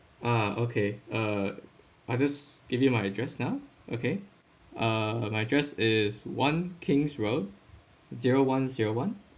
ah okay uh I just give you my address now okay uh my address is one kings road zero one zero one